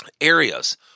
areas